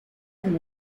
and